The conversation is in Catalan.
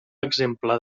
exemple